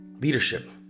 Leadership